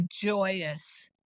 joyous